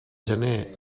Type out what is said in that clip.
gener